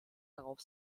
darauf